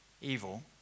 evil